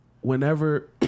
whenever